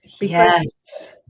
Yes